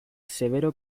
severo